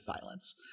violence